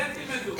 אתם תלמדו.